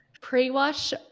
Pre-wash